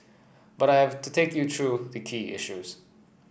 but I have to take you through the key issues